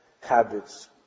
habits